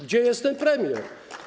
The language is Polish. Gdzie jest ten premier?